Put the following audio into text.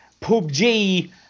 PUBG